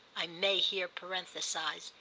i may here parenthesise,